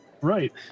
Right